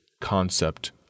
concept